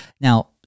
Now